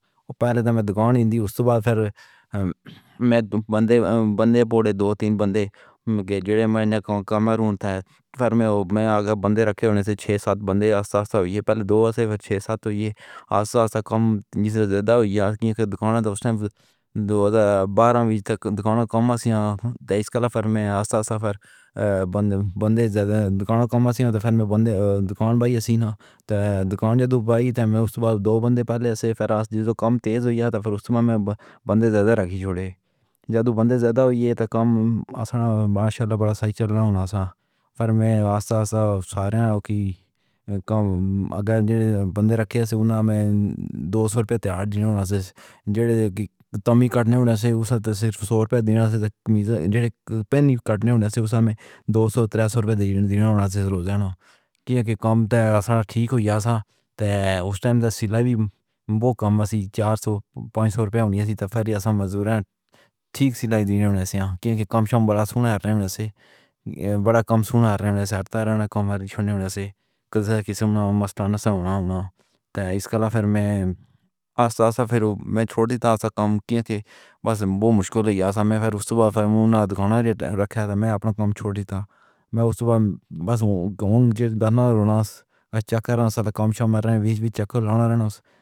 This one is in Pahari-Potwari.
اور پہلے تو میں دکان دی اِس طرح بند کر دتی کہ فر میں بندے بندے دو تین بندے نے میرے کم ہرنے تھے۔ فر میں آگے بندے رکھے ہونے دے کارن چھ سات بندے ہو گئے۔ آہستہ آہستہ پہلے دو توں چھ سات تھے، کم توں زیادہ ہوئی اے۔ دکانوں دے دو دو ہزار دے براہ تک دکاناں دے کم سارے کل فر وچ آہستہ آہستہ بندے بندے دکاناں دے کم سارے فر وچ کرن لگے۔ بندے دکان بھر دے، جس توں دکان جدوں بند ہوئی، تہانوں استعمال دے دو بندے پہلے توں فراز ہو کے کم تیز ہویا تھا۔ فر اِس وچ بندے زیادہ رکھ چھوڑے، جوں بندے زیادہ ہوئے تاں کم معاشرہ وڈا سائی چلا گیا۔ فر وچ آہستہ آہستہ سارے ہو کے کم اگر رکھے توں نا، میں دو سو روپے تیار جیون دے سی۔ جیلے دی کٹی توں اوہ صبح سویرے پہنچ نہیں سکدا سی، تاں پن کٹن دے اُتے اُسنوں دوترےسو روپے دے دینا چلو جاندا سی۔ کم تھوڑا سی، سارا ٹھیک ہو گیا تھا کہ اِس وقت تے سیلا وی بہت تھوڑی سی، چار سو پانچ سو روپے ہوندی ہوئی سی۔ پھر ایہ مزدور ٹھیک سیلائی دیندے توں کم شام وڈا سنیا رہندا سی، وڈا کمان والا رہندا سی۔ کم ہون دے کارن کسے مستان نال ہونا پیا۔ اِس کارن فر وچ آہستہ آہستہ میں چھوڑ دتا، تاں جو بس اوہ مشکل ہی آندی اے۔ میں فر اسٹاف رکھنا چاہندا سی، پر میں اپنا کم چھوڑ دتا۔ میں صرف بس گھوم رہا سی کہ سال کم شام، ارے وچ وچ چکر لگانا رہندا سی۔